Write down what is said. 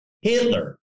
Hitler